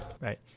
Right